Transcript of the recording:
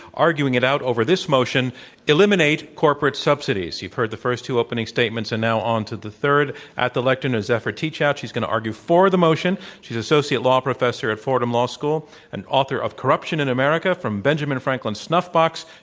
arguing it out over this motion eliminate corporate subsidies. you've heard the first two opening statements, and now on to the third. at the lectern is zephyr teachout. she's going to argue for the motion. she's associate law professor at fordham law school and author of corruptionin america from benjamin franklin's stuffbox,